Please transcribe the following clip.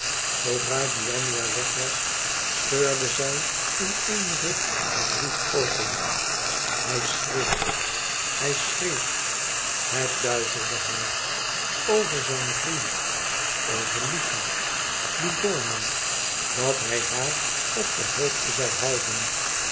zoodra giannina weg was scheurde zij in een ruk den brief open hij schreef hij schreef het duizelde haar over zijn vriend over lucca livomo dat hij haar op de hoogte zou houden